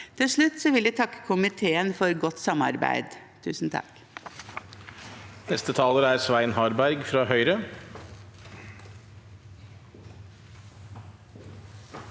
Til slutt vil jeg takke komiteen for godt samarbeid. Svein